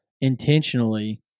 intentionally